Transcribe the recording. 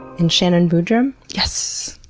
and shannon boodram? yes.